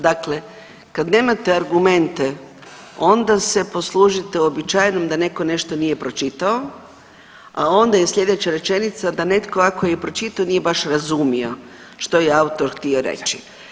Dakle, kad nemate argumente onda se poslužite uobičajeno da nešto netko nije pročitao, a onda je sljedeća rečenica da netko ako je i pročitao nije baš razumio što je autor htio reći.